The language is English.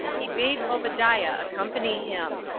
he bade obadiah accompany him.